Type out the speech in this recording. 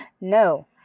No